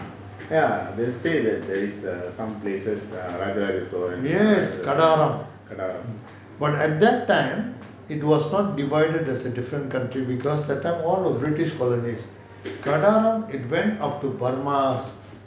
yes Kadaram but at that time it was not divided as a different country because that time all were british colonies Kadaram it went up to burma